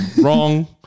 wrong